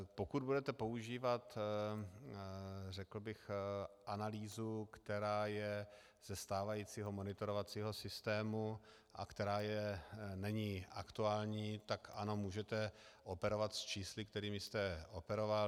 Pokud budete používat analýzu, která je ze stávajícího monitorovacího systému a která není aktuální, tak ano, můžete operovat s čísly, kterými jste operoval.